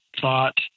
thought